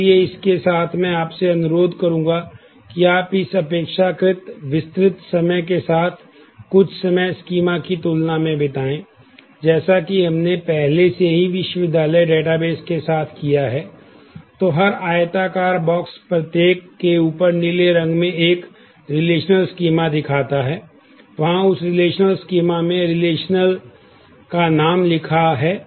इसलिए इसके साथ मैं आपसे अनुरोध करूंगा कि आप इस अपेक्षाकृत विस्तृत समय के साथ कुछ समय स्कीमा है